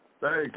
Thanks